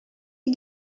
you